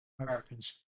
Americans